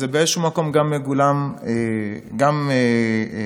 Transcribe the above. אז באיזשהו מקום זה מגולם גם לצרכן,